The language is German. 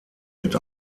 mit